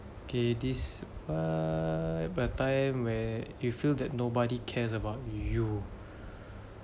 okay this err about a time where you feel that nobody cares about you